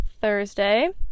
thursday